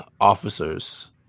officers